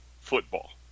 football